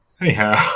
Anyhow